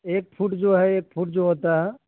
ایک فٹ جو ہے ایک فٹ جو ہوتا ہے